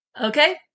Okay